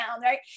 right